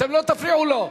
אתם לא תפריעו לו.